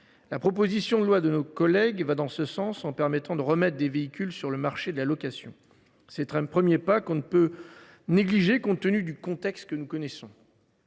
La proposition de loi de nos collègues va dans ce sens, en permettant de remettre des véhicules sur le marché de la location. C’est un premier pas, que l’on ne peut pas négliger compte tenu du contexte que nous connaissons.